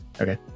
Okay